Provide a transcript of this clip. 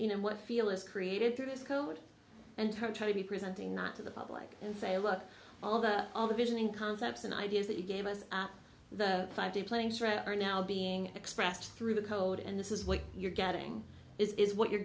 you know what feel is created through this code and try to be presenting not to the public and say look all that all the vision and concepts and ideas that you gave us at the five day planes right are now being expressed through the code and this is what you're getting is what you're